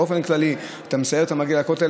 באופן כללי אתה מסייר ומגיע לכותל.